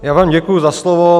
Já vám děkuji za slovo.